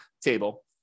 table